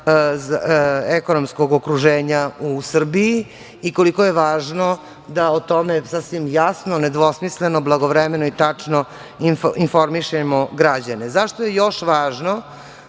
ekonomskog okruženja u Srbiji i koliko je važno da o tome sasvim jasno, nedvosmisleno, blagovremeno i tačno informišemo građane.Zašto je još važno